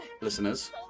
listeners